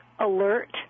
alert